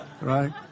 right